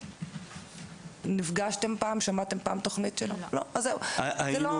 הלא מוכרז זה --- יש מוכרז,